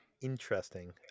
interesting